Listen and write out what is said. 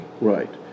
right